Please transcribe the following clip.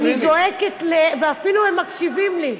אני זועקת ואפילו הם מקשיבים לי,